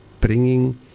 bringing